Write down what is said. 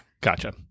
Gotcha